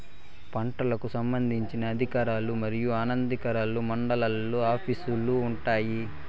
పంటలకు సంబంధించిన అధికారులు మరియు అనధికారులు మండలాల్లో ఆఫీస్ లు వుంటాయి?